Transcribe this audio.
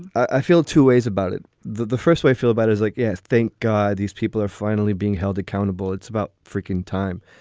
i feel two ways about it. the the first way i feel about it is like, yes, thank god these people are finally being held accountable. it's about freaking time.